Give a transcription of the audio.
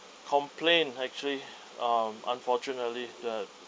complain actually um unfortunately that